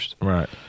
Right